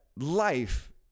life